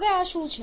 હવે આ શું છે